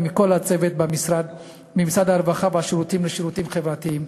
ומכל הצוות במשרד הרווחה והשירותים החברתיים,